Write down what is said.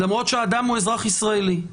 למרות שהוא אזרח ישראלי.